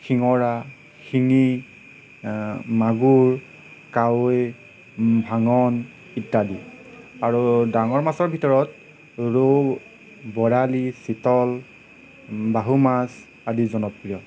শিঙৰা শিঙি মাগুৰ কাৱৈ ভাঙন ইত্যাদি আৰু ডাঙৰ মাছৰ ভিতৰত ৰৌ বৰালি চিতল বাহু মাছ আদি জনপ্ৰিয়